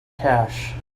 cash